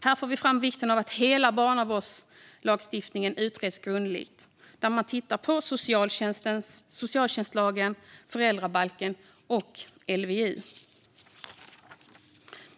Här för vi fram vikten av att hela barnavårdslagstiftningen utreds grundligt - att man tittar på socialtjänstlagen, föräldrabalken och LVU.